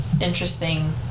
interesting